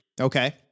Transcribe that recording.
Okay